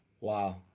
Wow